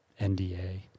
NDA